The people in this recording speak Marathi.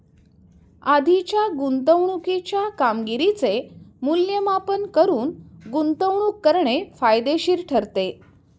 आधीच्या गुंतवणुकीच्या कामगिरीचे मूल्यमापन करून गुंतवणूक करणे फायदेशीर ठरते